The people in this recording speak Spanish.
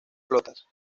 flotas